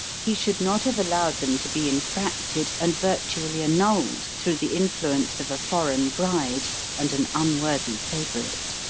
he should not have allowed them to be infracted and virtually annulled through the influence of a foreign bride and an unworthy favorite.